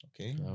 Okay